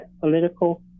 political